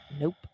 Nope